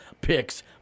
picks